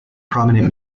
prominent